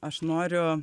aš noriu